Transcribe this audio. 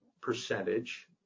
percentage